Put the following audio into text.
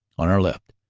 on our left,